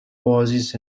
pauses